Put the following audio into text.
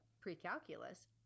pre-calculus